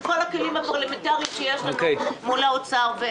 כל הכלים הפרלמנטרים שיש לנו מול האוצר.